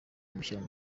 bamushyira